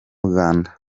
uganda